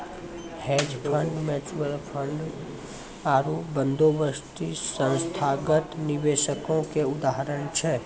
hedge fund, mutual fund आरु बंदोबस्ती संस्थागत निवेशको के उदाहरण छै